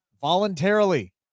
voluntarily